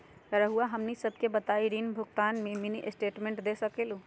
रहुआ हमनी सबके बताइं ऋण भुगतान में मिनी स्टेटमेंट दे सकेलू?